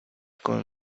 con